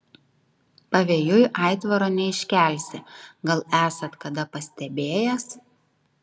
pavėjui aitvaro neiškelsi gal esat kada pastebėjęs